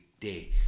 day